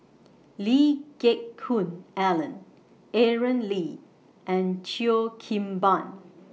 Lee Geck Hoon Ellen Aaron Lee and Cheo Kim Ban